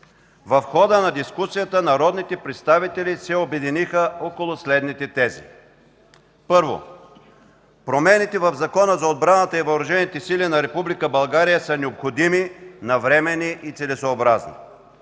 В хода на дискусията народните представители се обединиха около следните тези: 1. Промените в Закона за отбраната и въоръжените сили на Република България са необходими, навременни и целесъобразни.